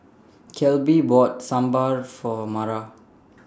Kelby bought Sambar For Mara